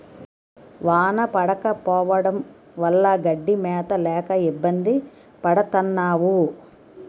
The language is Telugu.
వాన పడకపోవడం వల్ల గడ్డి మేత లేక ఇబ్బంది పడతన్నావు